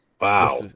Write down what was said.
Wow